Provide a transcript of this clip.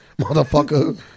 Motherfucker